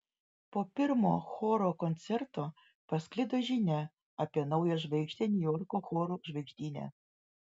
po pirmo choro koncerto pasklido žinia apie naują žvaigždę niujorko chorų žvaigždyne